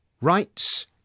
Rights